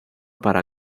para